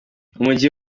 umujyi